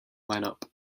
lineup